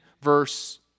verse